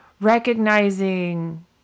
recognizing